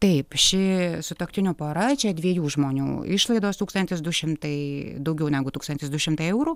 taip ši sutuoktinių pora čia dviejų žmonių išlaidos tūkstantis du šimtai daugiau negu tūkstantis du šimtai eurų